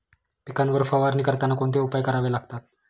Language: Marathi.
पिकांवर फवारणी करताना कोणते उपाय करावे लागतात?